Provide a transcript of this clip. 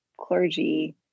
clergy